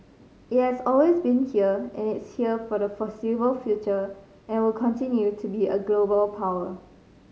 it has always been here and it's here for the foreseeable future and will continue to be a global power